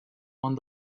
món